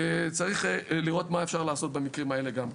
צריך לראות מה אפשר לעשות במקרים האלה גם כן.